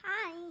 Hi